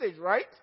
right